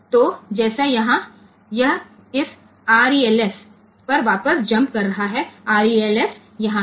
तो जैसे यहाँ यह इस Rels पर वापस जम्प कर रहा है Rels यहाँ है